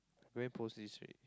we're post this week